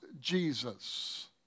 Jesus